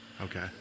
Okay